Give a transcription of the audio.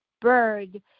bird